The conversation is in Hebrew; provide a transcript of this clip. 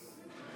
כמה דברי הבל.